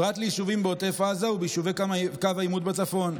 פרט ליישובים בעוטף עזה וביישובי קו העימות בצפון.